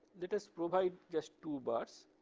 let us provide just two bars,